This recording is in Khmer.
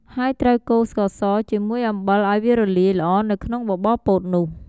ហើយត្រូវកូរស្ករស ជាមួយអំបិលឱ្យវារលាយល្អនៅក្នុងបបរពោតនោះ។